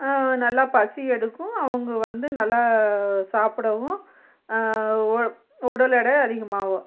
நல்லா பசி எடுக்கும் அவங்க வந்து நல்லா சாப்பிடவும் ஒ உடல் எடை அதிகமாகும்